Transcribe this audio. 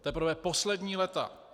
Teprve poslední léta.